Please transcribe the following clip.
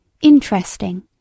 interesting